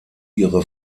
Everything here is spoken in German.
ihre